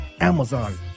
Amazon